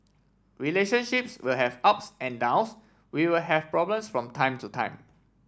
relationships will have ups and downs we will have problems from time to time